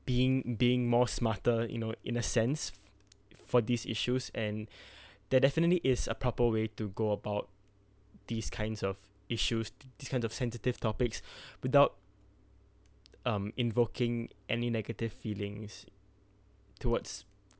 being being more smarter you know in a sense for these issues and that definitely is a proper way to go about these kinds of issues these kinds of sensitive topics without um invoking any negative feelings towards